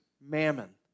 mammon